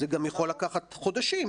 זה גם יכול לקחת חודשים,